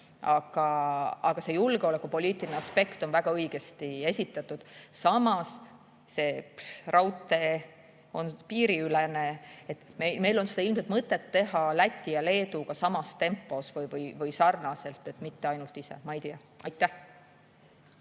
Aga see julgeolekupoliitiline aspekt on väga õigesti esitatud. Samas, raudtee on piiriülene, meil on seda ilmselt mõtet teha Läti ja Leeduga samas tempos või sarnaselt, mitte ainult ise. Ma ei tea. Aitäh!